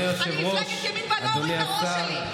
אני מפלגת ימין, ואני לא אוריד את הראש שלי.